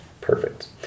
Perfect